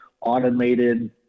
automated